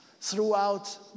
throughout